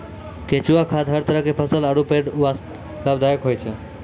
केंचुआ खाद हर तरह के फसल आरो पेड़ वास्तॅ लाभदायक होय छै